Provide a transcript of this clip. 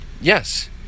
Yes